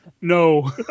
no